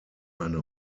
eine